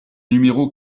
numéro